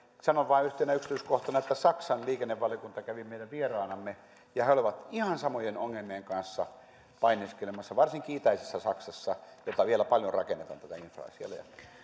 sanon vain yhtenä yksityiskohtana että saksan liikennevaliokunta kävi meidän vieraanamme ja he olivat ihan samojen ongelmien kanssa painiskelemassa varsinkin itäisessä saksassa missä vielä paljon rakennetaan tätä infraa ja